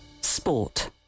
Sport